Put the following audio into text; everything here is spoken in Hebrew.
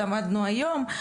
למדנו היום.